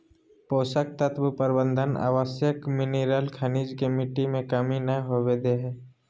पोषक तत्व प्रबंधन आवश्यक मिनिरल खनिज के मिट्टी में कमी नै होवई दे हई